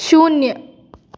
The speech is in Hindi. शून्य